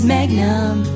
Magnum